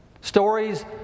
stories